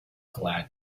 glad